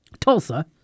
tulsa